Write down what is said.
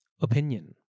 Opinion